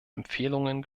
empfehlungen